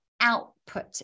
output